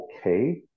okay